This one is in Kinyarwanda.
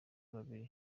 babiri